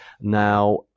Now